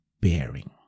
bearing